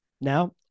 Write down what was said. Now